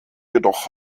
jedoch